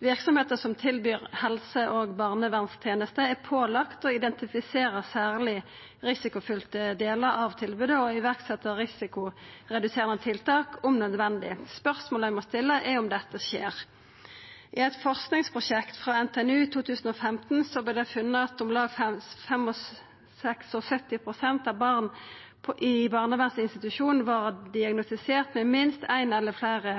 Verksemder som tilbyr helse- og barnevernstenester, er pålagde å identifisera særleg risikofylte delar av tilbodet og setja i verk risikoreduserande tiltak om nødvendig. Spørsmålet ein må stilla, er om dette skjer. I eit forskingsprosjekt frå NTNU i 2015 vart det funne ut at om lag 76 pst. av barn på barnevernsinstitusjonar var diagnostiserte med minst ein eller fleire